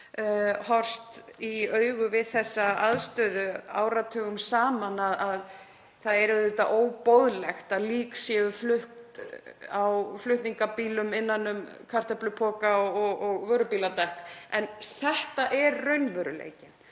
horfst í augu við þessa aðstöðu áratugum saman að það er auðvitað óboðlegt að lík séu flutt á flutningabílum innan um kartöflupoka og vörubíladekk. En þetta er raunveruleikinn.